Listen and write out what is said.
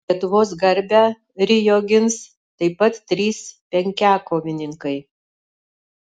lietuvos garbę rio gins taip pat trys penkiakovininkai